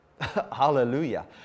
Hallelujah